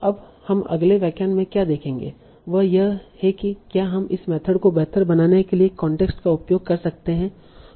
अब हम अगले व्याख्यान में क्या देखेंगे वह यह है कि क्या हम इस मेथड को बेहतर बनाने के लिए कांटेक्स्ट का उपयोग कर सकते हैं